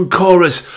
chorus